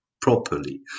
properly